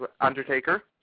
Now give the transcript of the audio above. Undertaker